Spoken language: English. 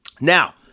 Now